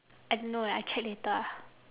I don't know eh I check later ah